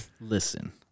Listen